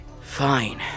Fine